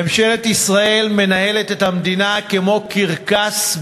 ממשלת ישראל מנהלת את המדינה כמו קרקס,